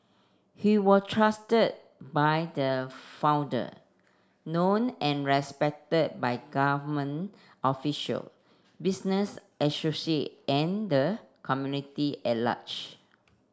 he was trusted by the founder known and respected by government official business associate and the community at large